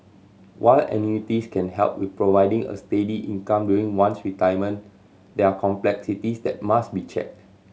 while annuities can help with providing a steady income during one's retirement there are complexities that must be checked